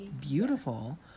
beautiful